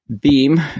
Beam